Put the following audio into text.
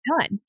done